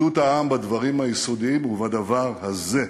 אחדות העם בדברים היסודיים ובדבר הזה,